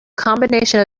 combination